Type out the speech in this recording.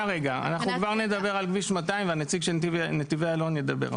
אנחנו כבר נדבר על כביש 200 והנציג של נתיבי איילון ידבר.